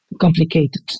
complicated